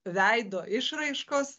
veido išraiškos